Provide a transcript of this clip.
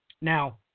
Now